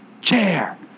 chair